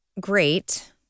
great